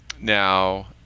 now